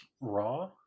raw